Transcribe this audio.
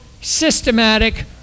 systematic